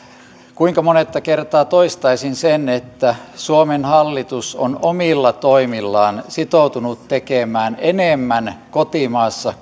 kuinka monetta kertaa toistaisin sen että suomen hallitus on omilla toimillaan sitoutunut tekemään kotimaassa enemmän